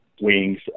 wings